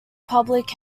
public